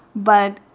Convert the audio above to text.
but,